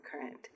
current